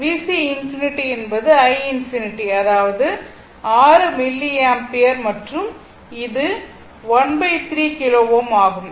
எனவே VC ∞ என்பது i ∞ அதாவது 6 மில்லி ஆம்பியர் மற்றும் இது ⅓ கிலோ Ω ஆகும்